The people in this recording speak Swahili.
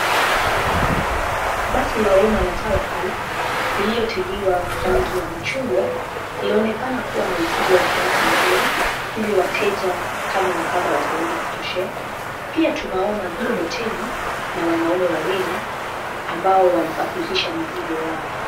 Basi la umma la Tawakal lililotiliwa rangi ya machungwa linaonekana kuwa na ukubwa wa kiasi nzuri ili wateja kadha wa kadha wataweza kutoshea. Pia tunaona mkokoteni na wanaume wawili ambao wanasafirisha mizigo yao.